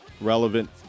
relevant